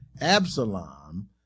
Absalom